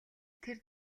тэр